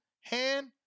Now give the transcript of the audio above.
hand